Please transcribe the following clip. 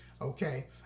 okay